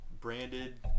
branded